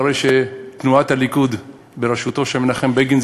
תנועת הליכוד בראשותו של מנחם בגין,